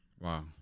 Wow